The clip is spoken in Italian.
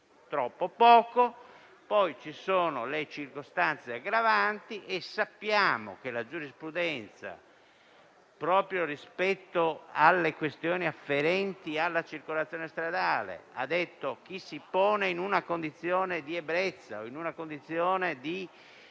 Troppo poco. Poi ci sono le circostanze aggravanti e sappiamo che la giurisprudenza, proprio rispetto alle questioni afferenti alla circolazione stradale, ha stabilito che a chi in una condizione di ebbrezza o di assunzione di